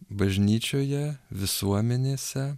bažnyčioje visuomenėse